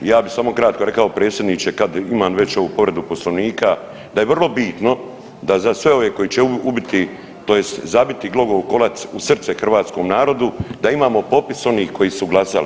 Ja bih samo kratko rekao predsjedniče kad imam već ovu povredu poslovnika da je vrlo bitno da za sve ove koji će ubiti tj. zabiti glogov kolac u srce hrvatskom narodu da imamo popis onih koji su glasali.